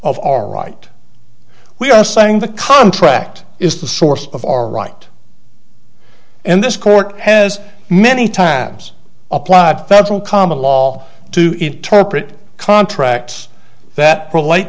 all right we are saying the contract is the source of our right and this court has many times applied federal common law to interpret contracts that relate